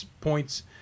points